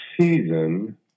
season